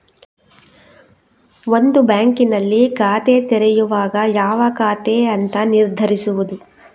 ಒಂದು ಬ್ಯಾಂಕಿನಲ್ಲಿ ಖಾತೆ ತೆರೆಯುವಾಗ ಯಾವ ಖಾತೆ ಅಂತ ನಿರ್ಧರಿಸುದು